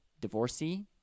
divorcee